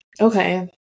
Okay